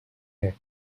mick